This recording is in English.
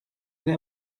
that